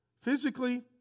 Physically